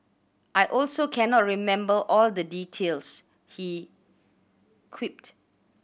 I also cannot remember all the details he quipped